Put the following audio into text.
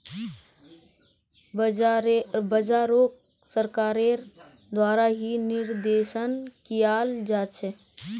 बाजारोक सरकारेर द्वारा ही निर्देशन कियाल जा छे